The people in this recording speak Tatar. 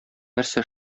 нәрсә